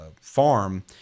farm